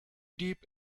deep